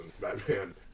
Batman